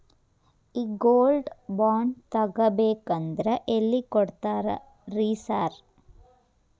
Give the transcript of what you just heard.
ಈ gold bond ತಗಾಬೇಕಂದ್ರ ಎಲ್ಲಿ ಕೊಡ್ತಾರ ರೇ ಸಾರ್?